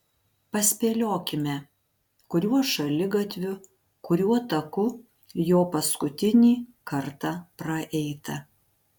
paspėliokime kuriuo šaligatviu kuriuo taku jo paskutinį kartą praeita